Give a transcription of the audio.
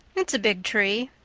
it's a big tree,